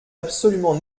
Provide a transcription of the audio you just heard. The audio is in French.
absolument